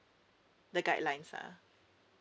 the guidelines lah